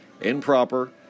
improper